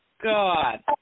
God